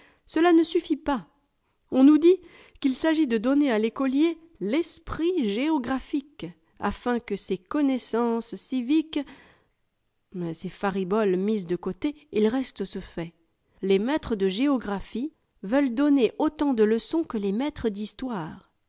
cela ne suffit pas on nous dit qu'il s'agit de donner à l'écolier vesprit géographique afin que ses connaissances civiques mais ces fariboles mises de côté il reste ce fait les maîtres de géographie veulent donner autant de leçons que les maîtres d'histoire